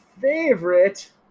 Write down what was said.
favorite